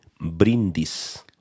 brindis